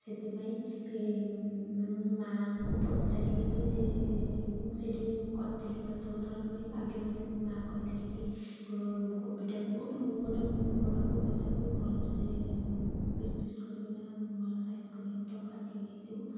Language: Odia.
ସେଥିପାଇଁ ମୁଁ ମାଆଙ୍କୁ ପଚାରିକି ବି ସେ ସେଠି କରିଥିଲି ପ୍ରଥମ ଥର ପାଇଁ ଆଗେ ମୋତେ ମାଆ କହିଥିଲେ କି କୋ କୋବିଟାକୁ ଗୋଟେ ବଡ଼ କୋବିଟାକୁ ଭଲସେ ପିସ୍ ପିସ୍ କରିକିନା ଭଲ ସାଇଜ୍ କରିକି ତାକୁ କାଟିକି ନେଇଥିବୁ